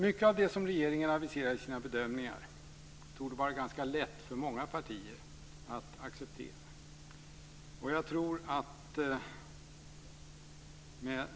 Mycket av det som regeringen aviserar i sina bedömningar torde vara ganska lätt för många partier att acceptera.